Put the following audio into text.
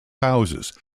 houses